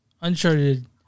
Uncharted